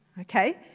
Okay